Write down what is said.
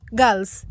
girls